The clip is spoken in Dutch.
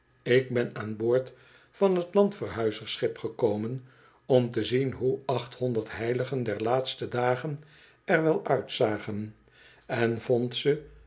ik ben aan boord van't landverhuizersschip gekomen om te zien hoe achthonderd heiligen der laatste dagen er wel uitzagen en vond ze